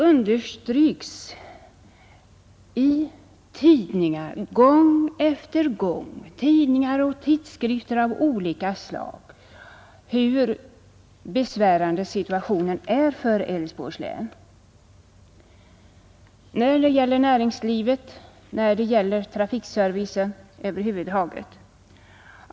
Gång på gång understryks i tidningar och tidskrifter av olika slag hur besvärande situationen är för Älvsborgs län när det gäller näringslivet, när det gäller trafikservicen över huvud taget.